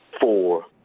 Four